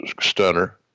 stunner